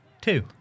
Two